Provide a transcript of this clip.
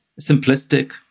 simplistic